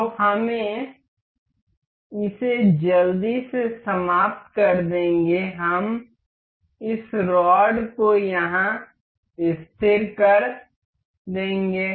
तो हम इसे जल्दी से समाप्त कर देंगे हम इस रॉड को यहां स्थिर कर देंगे